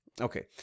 Okay